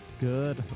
good